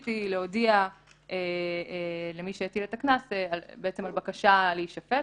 היא להודיע למי שהטיל את הקנס בעצם על בקשה להישפט,